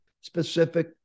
specific